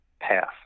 path